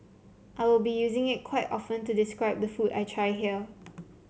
I will be using it quite often to describe the food I try here